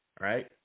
Right